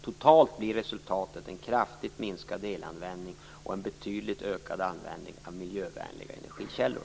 Totalt blir resultatet en kraftigt minskad elanvändning och en betydligt ökad användning av miljövänliga energikällor.